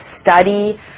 study